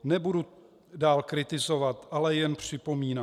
Nebudu dál kritizovat, ale jen připomínám.